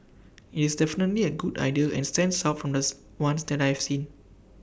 IT is definitely A good idea and stands out from thus ones that I have seen